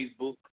Facebook